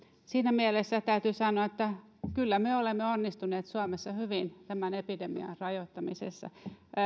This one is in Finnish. siinä mielessä täytyy sanoa että kyllä me olemme onnistuneet suomessa hyvin tämän epidemian rajoittamisessa